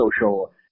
social